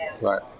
Right